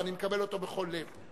ואני מקבל אותו בכל לב,